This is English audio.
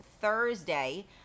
Thursday